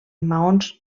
maons